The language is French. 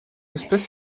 espèce